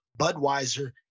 Budweiser